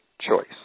choice